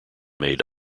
made